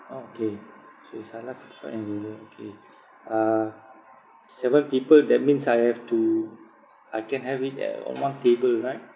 okay so it's halal certified and okay uh seven people that means I have to I can have it uh on one table right